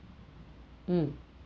um